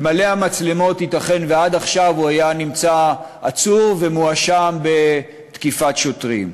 אלמלא המצלמות ייתכן שעד עכשיו הוא היה עצור והיה מואשם בתקיפת שוטרים.